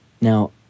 Now